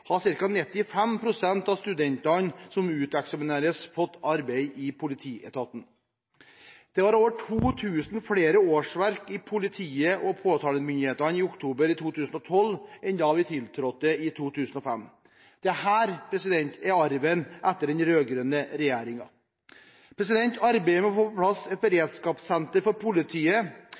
har ca. 95 pst. av studentene som uteksamineres, fått arbeid i politietaten. Det var over 2 000 flere årsverk i politi- og påtalemyndigheten i oktober 2012 enn da vi tiltrådte i 2005. Dette er arven etter den rød-grønne regjeringen. Arbeidet med å få på plass et beredskapssenter for politiet,